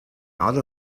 out